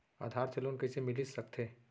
आधार से लोन कइसे मिलिस सकथे?